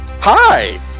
Hi